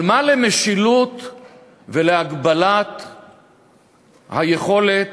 אבל מה למשילות ולהגבלת היכולת,